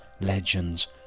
legends